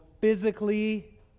physically